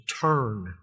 turn